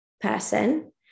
person